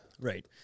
Right